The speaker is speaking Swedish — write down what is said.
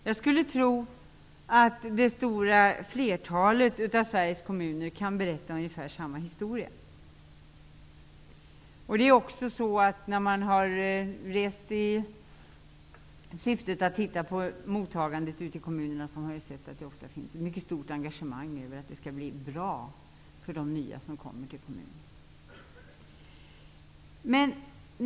Jag skulle tro att man i det stora flertalet av Sveriges kommuner kan berätta ungefär samma historia. När jag har rest omkring i syftet att titta på mottagandet ute i kommunerna har jag sett att det ofta finns ett mycket stort engagemang och en vilja att det skall bli bra för dem som kommer nya till kommunen.